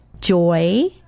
joy